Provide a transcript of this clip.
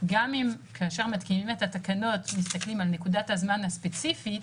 כאשר מתקינים את התקנות מסתכלים על נקודת הזמן הספציפית,